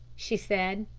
she said.